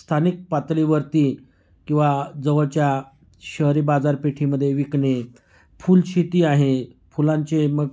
स्थानिक पातळीवरती किंवा जवळच्या शहरी बाजारपेठीमध्ये विकणे फूलशेती आहे फुलांचे मग